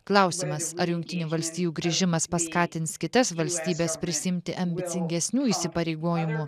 klausimas ar jungtinių valstijų grįžimas paskatins kitas valstybes prisiimti ambicingesnių įsipareigojimų